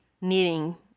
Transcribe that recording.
needing